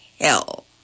Hell